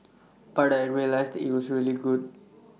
but I realised IT was really good